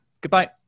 goodbye